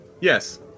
yes